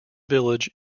village